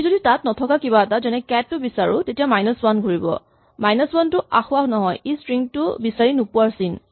আমি যদি তাত নথকা কিবা এটা যেনে "কেট" বিচাৰো তেতিয়া মাইনাচ ৱান ঘূৰিব মাইনাচ ৱান টো আসোঁৱাহ নহয় ই স্ট্ৰিং টো বিচাৰি নোপোৱাৰ চিন